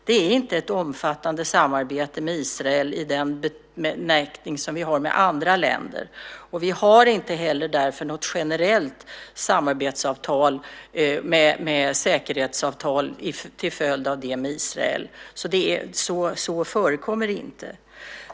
Det är inte ett omfattande samarbete med Israel i den bemärkelse som vi har det med andra länder. Vi har till följd av det inte heller något generellt samarbets eller säkerhetsavtal med Israel. Sådant förekommer inte.